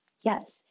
Yes